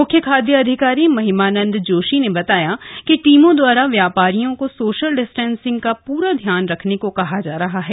मुख्य खाद्य अधिकारी महिमानंद जोशी ने बताया कि टीमों दवारा व्यापारियों को सोशल डिस्टेंसिंग का पूरा ध्यान रखने को कहा जा रहा है